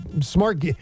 smart